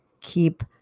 keep